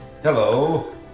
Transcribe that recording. Hello